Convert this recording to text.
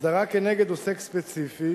הסדרה כנגד עוסק ספציפי